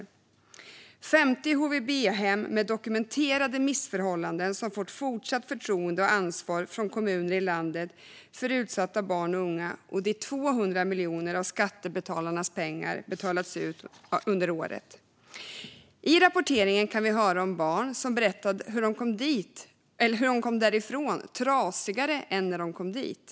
Det rörde sig om 50 HVB-hem med dokumenterade missförhållanden som av kommuner i landet fått fortsatt förtroende och ansvar för utsatta barn och unga och dit 200 miljoner av skattebetalarnas pengar betalats ut under året. I rapporteringen kan vi höra om barn som berättar hur de kom därifrån trasigare än när de kom dit.